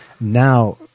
Now